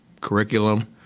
curriculum